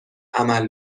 عمل